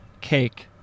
cake